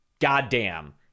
Goddamn